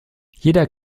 jeder